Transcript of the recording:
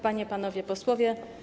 Panie i Panowie Posłowie!